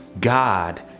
God